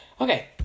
Okay